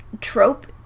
trope